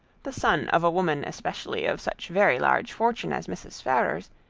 the son of a woman especially of such very large fortune as mrs. ferrars,